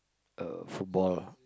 uh football